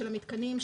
של המתקנים,